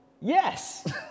Yes